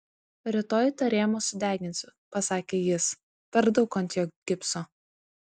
rytoj tą rėmą sudeginsiu pasakė jis per daug ant jo gipso